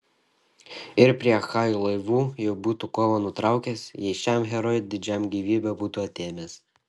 ir prie achajų laivų jau būtų kovą nutraukęs jei šiam herojui didžiam gyvybę būtų atėmęs